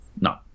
No